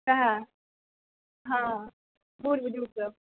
सहए हँ बुढ़ बुजुर्ग सभ